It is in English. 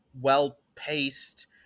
well-paced